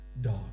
dog